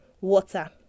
water